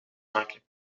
maken